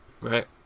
Right